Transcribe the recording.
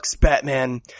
Batman